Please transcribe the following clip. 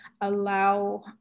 allow